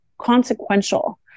consequential